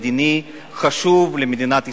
מדיני חשוב למדינת ישראל.